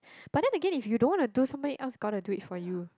but then again if you don't want to do somebody else got to do it for you